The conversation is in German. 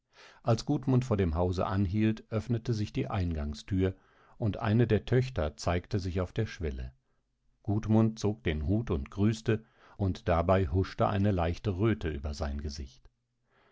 als gudmund vor dem hause anhielt öffnete sich die eingangstür und eine der töchter zeigte sich auf der schwelle gudmund zog den hut und grüßte und dabei huschte eine leichte röte über sein gesicht